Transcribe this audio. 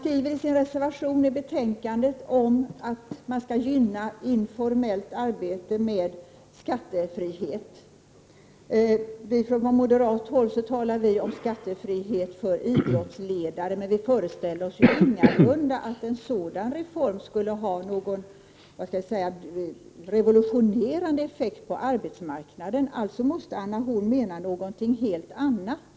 I miljöpartiets reservation till betänkandet skriver man att informellt arbete skall gynnas med skattefrihet. Från moderat håll talar vi om skattefrihet för idrottsledare, men vi föreställer oss ingalunda att en sådan reform skulle ha någon revolutionerande effekt på arbetsmarknaden. Anna Horn af Rantzien måste alltså mena något helt annat.